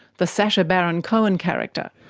the sacha baron cohen character.